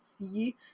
see